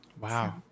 Wow